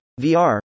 VR